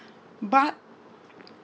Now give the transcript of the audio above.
but